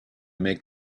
make